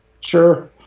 Sure